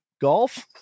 golf